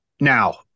Now